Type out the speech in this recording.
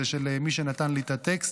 זה של מי שנתן לי את הטקסט,